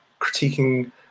critiquing